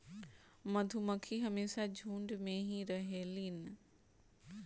मधुमक्खी हमेशा झुण्ड में ही रहेलीन